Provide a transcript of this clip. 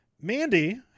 mandy